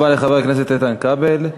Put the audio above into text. תודה רבה לחבר הכנסת איתן כבל.